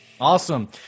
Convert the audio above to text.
Awesome